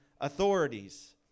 authorities